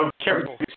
Careful